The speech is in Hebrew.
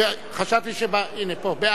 הנה, פה.